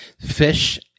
fish